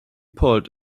pulled